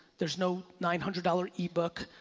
there's no nine hundred dollars ebook,